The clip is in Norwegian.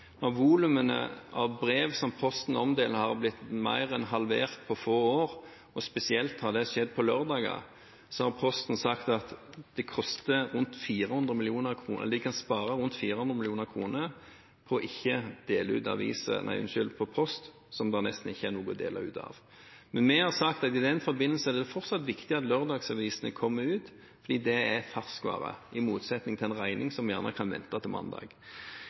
av brev som Posten omdeler, har blitt mer enn halvert på få år – og spesielt har det skjedd på lørdager – har Posten sagt at de kan spare rundt 400 mill. kr på ikke å dele ut post når det nesten ikke er noe å dele ut. Men vi har sagt at i den forbindelse er det fortsatt viktig at lørdagsavisene kommer ut, fordi det er ferskvare, i motsetning til en regning, som gjerne kan vente til mandag.